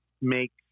make